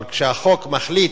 אבל כשהחוק מחליט,